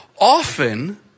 often